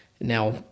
Now